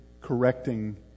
correcting